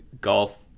golf